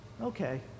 okay